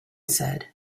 said